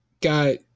got